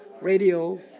radio